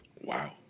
Wow